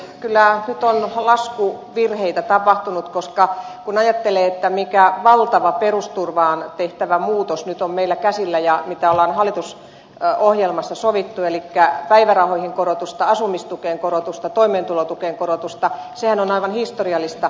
kyllä nyt on laskuvirheitä tapahtunut koska kun ajattelee mikä valtava perusturvaan tehtävä muutos nyt on meillä käsillä ja mitä on hallitusohjelmassa sovittu elikkä päivärahoihin korotusta asumistukeen korotusta toimeentulotukeen korotusta sehän on aivan historiallista